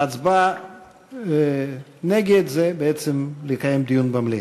והצבעה נגד היא בעצם לקיים דיון במליאה.